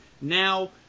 now